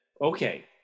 okay